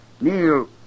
Neil